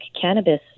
cannabis